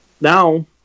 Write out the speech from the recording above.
now